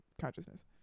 consciousness